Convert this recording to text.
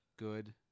Good